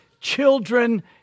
children